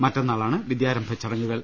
മറ്റന്നാളാണ് വിദ്യാരംഭ ചടങ്ങുകൾ